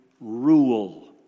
rule